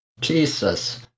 jesus